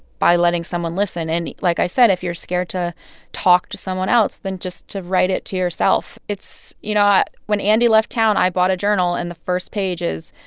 by letting someone listen. and like i said, if you're scared to talk to someone else, then just to write it to yourself. it's you know, when andy left town, i bought a journal. and the first page is,